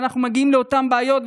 ואנחנו מגיעים לאותן בעיות,